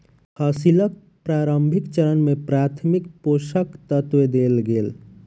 फसीलक प्रारंभिक चरण में प्राथमिक पोषक तत्व देल गेल